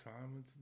time